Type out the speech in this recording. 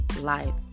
life